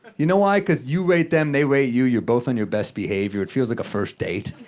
you know why? cause you rate them, they rate you. you're both on your best behavior. it feels like a first date.